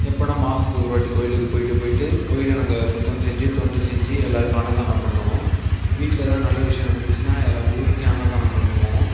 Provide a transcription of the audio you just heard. எப்போன்னா மாதத்துக்கு ஒரு வாட்டி கோயிலுக்கு போய்ட்டு போய்ட்டு கோயிலை நாங்கள் சுத்தம் செஞ்சு தொண்டு செஞ்சு எல்லோருக்கும் அன்னதானம் பண்ணுவோம் வீட்டில் ஏதா நல்ல விஷயம் நடந்துச்சுன்னால் ஊருக்கே அன்னதானம் பண்ணுவோம்